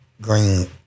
green